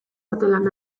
artelan